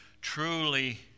truly